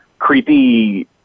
creepy